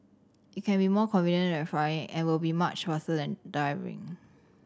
it can be more convenient than flying and will be much faster than driving